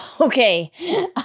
Okay